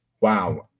wow